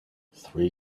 three